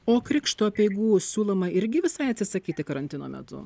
o krikšto apeigų siūloma irgi visai atsisakyti karantino metu